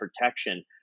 protection